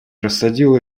рассадил